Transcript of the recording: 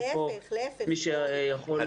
איפה מי שיכול --- להיפך.